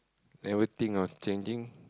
never think of chaging